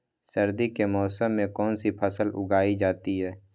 सर्दी के मौसम में कौन सी फसल उगाई जाती है?